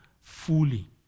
fully